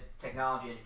technology